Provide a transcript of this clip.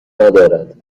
ندارد